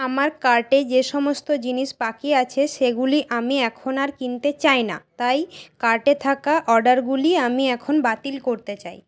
আমার কার্টে যে সমস্ত জিনিস বাকি আছে সেগুলি আমি এখন আর কিনতে চাই না তাই কার্টে থাকা অর্ডারগুলি আমি এখন বাতিল করতে চাই